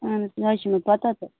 اَہَن حظ یہِ حظ چھِ مےٚ پتاہ تہٕ